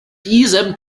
diesem